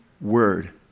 word